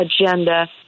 agenda